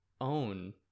own